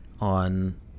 on